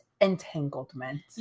entanglement